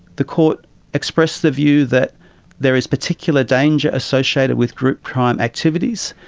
the court expressed the view that there is particular danger associated with group crime activities.